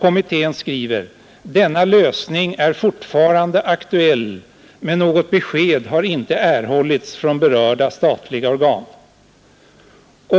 Kommittén skriver: ”Denna lösning är fortfarande aktuell, men något besked har inte erhållits från berörda statliga organ.”